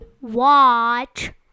watch